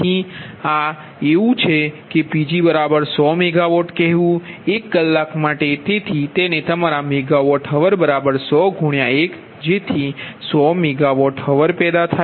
તેથી આ એક છે કે Pg100MW કહેવું અને એક કલાક માટે તેથી તેને તમારા MWhr 100 1 100MWh પેદા થાય છે અને આ ગરમી દર 0